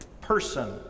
person